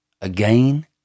Again